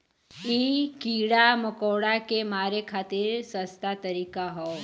इ कीड़ा मकोड़ा के मारे खातिर सस्ता तरीका हौ